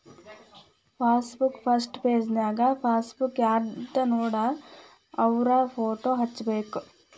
passbook first ಪೆಜನ್ಯಾಗ passbook ಯಾರ್ದನೋಡ ಅವ್ರ ಫೋಟೋ ಹಚ್ಬೇಕ್